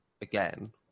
again